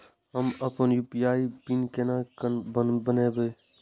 हम अपन UPI pin केना बनैब?